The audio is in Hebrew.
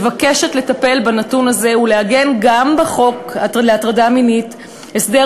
מבקשת לטפל בנתון הזה ולעגן גם בחוק למניעת הטרדה מינית הסדר